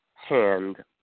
hand